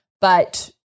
but-